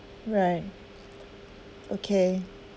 right okay